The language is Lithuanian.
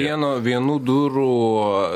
vieno vienų durų